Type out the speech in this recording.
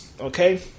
Okay